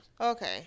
Okay